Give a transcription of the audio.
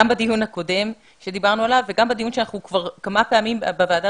גם בדיון הקודם שדיברנו עליו וגם בדיון שאנחנו כבר כמה פעמים בוועדה